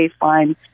baseline